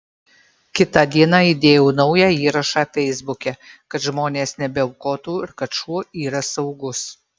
kitą dieną įdėjau naują įrašą feisbuke kad žmonės nebeaukotų ir kad šuo yra saugus